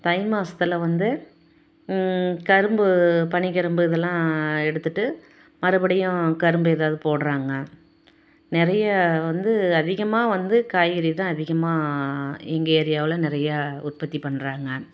தைமாசத்தில் வந்து கரும்பு பனி கரும்பு இதெல்லாம் எடுத்துட்டு மறுபடியும் கரும்பு ஏதாவது போடுறாங்க நிறைய வந்து அதிகமாக வந்து காய்கறிதான் அதிகமாக எங்கள் ஏரியாவில் நிறையா உற்பத்தி பண்ணுறாங்க